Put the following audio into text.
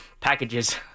packages